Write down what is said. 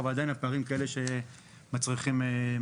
אבל עדיין הפערים הם כאלה שמצריכים סיוע.